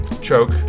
choke